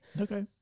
Okay